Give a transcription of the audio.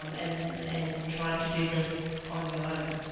um and and trying to do this on your own.